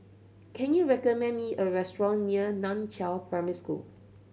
can you recommend me a restaurant near Nan Chiau Primary School